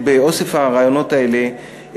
באוסף הרעיונות האלה,